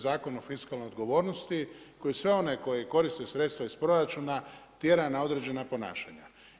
Zakon o fiskalnoj odgovornosti, koji sve one koje koriste sredstva iz proračuna tjera na određena ponašanja.